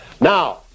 Now